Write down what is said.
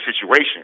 situation